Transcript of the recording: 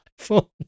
iPhone